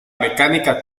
mecánica